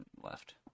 left